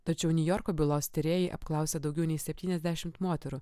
tačiau niujorko bylos tyrėjai apklausė daugiau nei septyniasdešimt moterų